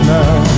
now